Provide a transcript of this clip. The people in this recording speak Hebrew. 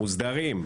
המוסדרים,